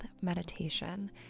meditation